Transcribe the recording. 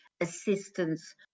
assistance